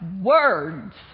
words